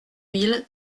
mille